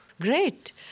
Great